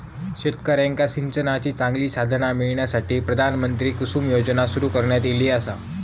शेतकऱ्यांका सिंचनाची चांगली साधना मिळण्यासाठी, प्रधानमंत्री कुसुम योजना सुरू करण्यात ईली आसा